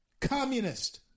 communist